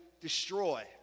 destroy